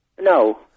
No